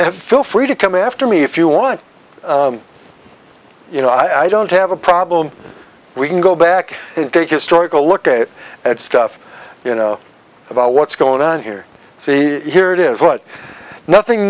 and feel free to come after me if you want you know i don't have a problem we can go back and get historical look at it and stuff you know about what's going on here see here it is what nothing